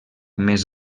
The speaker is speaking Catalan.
més